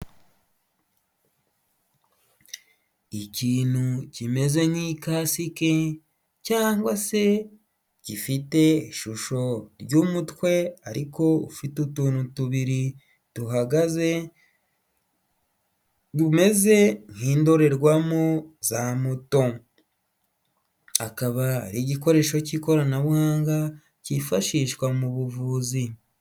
Ikintu kimeze nk'ikasiki cyangwa se gifite ishusho ry'umutwe ariko ufite utuntu tubiri duhagaze bumeze nk'indorerwamo za moto, akaba igikoresho cy'ikoranabuhanga cyifashishwa mu buvuzi.